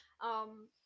Um-